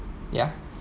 ya